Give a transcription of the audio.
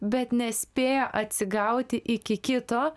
bet nespėja atsigauti iki kito